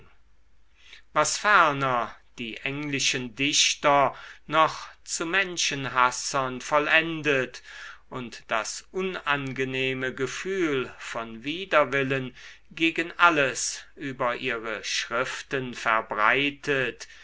was ferner die englischen dichter noch zu menschenhassern vollendet und das unangenehme gefühl von widerwillen gegen alles über ihre schriften verbreitet